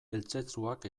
eltzetzuak